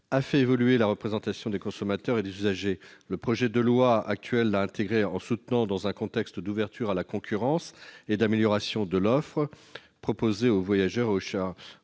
a fait évoluer la représentation des consommateurs et des usagers. Le présent projet de loi intègre cette évolution en soutenant, dans un contexte d'ouverture à la concurrence et d'amélioration de l'offre proposée aux voyageurs et aux chargeurs,